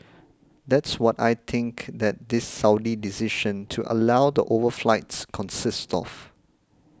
that's what I think that this Saudi decision to allow the overflights consists of